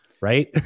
right